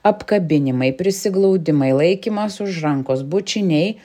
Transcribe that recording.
apkabinimai prisiglaudimai laikymas už rankos bučiniai